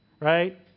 right